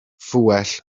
fwyell